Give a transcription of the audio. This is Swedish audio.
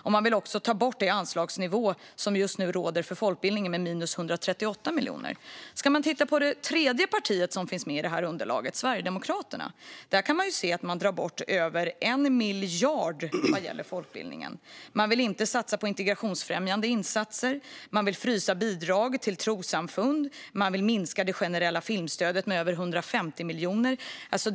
De vill också ta bort den anslagsnivå som just nu råder för folkbildningen med minus 138 miljoner. Om man tittar på det tredje partiet som finns med i underlaget, Sverigedemokraterna, kan man se att de i sitt förslag drar bort 1 miljard vad gäller folkbildningen. De vill inte satsa på integrationsfrämjande insatser. De vill frysa bidrag till trossamfund. De vill minska det generella filmstödet med över 150 miljoner. Fru talman!